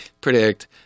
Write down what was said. predict